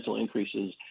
increases